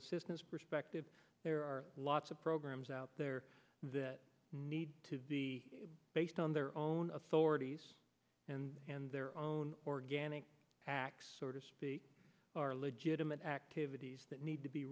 assistance perspective there are lots of programs out there that need to be based on their own authorities and in their own organic acts are legitimate activities that need to be